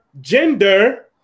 gender